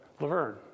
Laverne